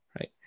Right